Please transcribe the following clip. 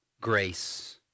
Grace